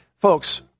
folks